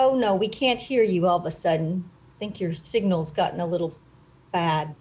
oh no we can't hear you all the sudden think you're signals gotten a little bad